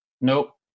Nope